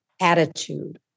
attitude